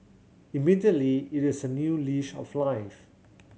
immediately it is a new lease of life